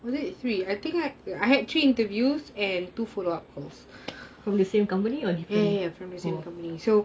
from the same company or different